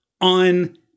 on